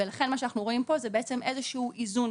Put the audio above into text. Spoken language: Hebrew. ולכן אנחנו רואים פה איזשהו איזון